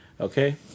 Okay